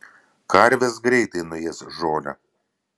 karvės greitai nuės žolę